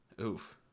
Oof